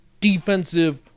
defensive